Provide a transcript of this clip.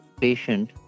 patient